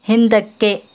ಹಿಂದಕ್ಕೆ